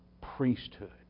priesthood